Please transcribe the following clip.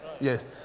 Yes